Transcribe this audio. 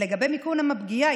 לגבי מיקום הפגיעה,